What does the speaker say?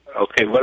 Okay